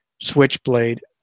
Switchblade